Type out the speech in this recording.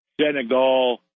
Senegal